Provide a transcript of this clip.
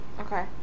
okay